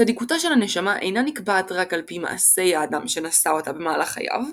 צדיקותה של הנשמה אינה נקבעת רק על פי מעשי האדם שנשא אותה במהלך חייו,